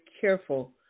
careful